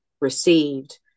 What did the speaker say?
received